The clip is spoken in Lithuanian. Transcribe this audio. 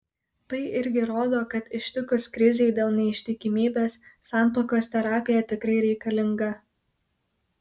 tai irgi rodo kad ištikus krizei dėl neištikimybės santuokos terapija tikrai reikalinga